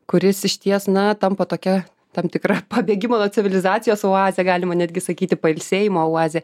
kuris išties na tampa tokia tam tikra pabėgimo nuo civilizacijos oaze galima netgi sakyti pailsėjimo oazė